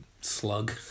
slug